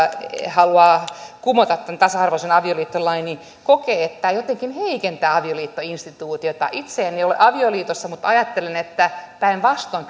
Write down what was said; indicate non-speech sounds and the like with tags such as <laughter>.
haluavat kumota tämän tasa arvoisen avioliittolain kokevat että tämä jotenkin heikentää avioliittoinstituutiota itse en ole avioliitossa mutta ajattelen että päinvastoin <unintelligible>